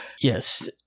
Yes